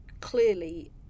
clearly